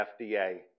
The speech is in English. FDA